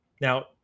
Now